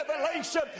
revelation